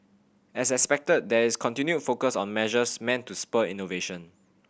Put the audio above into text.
as expected there is continued focus on measures meant to spur innovation